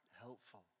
helpful